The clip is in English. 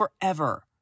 forever